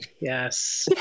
Yes